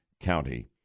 County